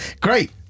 great